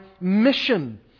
mission